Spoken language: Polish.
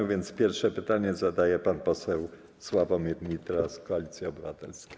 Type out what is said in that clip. A więc pierwsze pytanie zadaje pan poseł Sławomir Nitras, Koalicja Obywatelska.